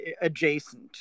adjacent